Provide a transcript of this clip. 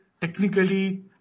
technically